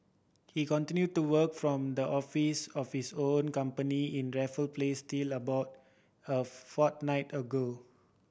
he continued to work from the office office of own company in Raffles Place till about a fortnight ago